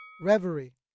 Reverie